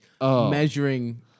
measuring